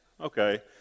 Okay